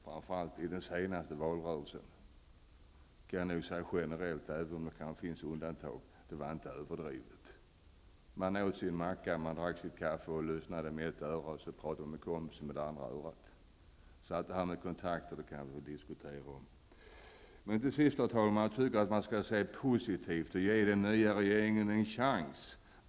Framför allt i den senaste valrörelsen -- det kan jag nog säga generellt, även om det finns undantag -- var intresset inte överdrivet stort. Man åt sin macka och drack sitt kaffe och lyssnade på talaren med ett öra, samtidigt som man med det andra hörde på vad kompisen hade att säga. Så det här med kontakter kan vi nog diskutera. Till sist, herr talman, tycker jag att man skall se positivt på det som görs och ge den nya regeringen en chans.